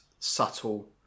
subtle